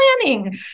planning